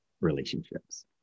relationships